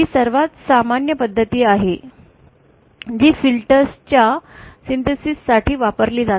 ही सर्वात सामान्य पद्धत आहे जी फिल्टर्स च्या संश्लेषणासाठी वापरली जाते